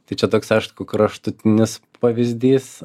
tai čia toks aišku kraštutinis pavyzdys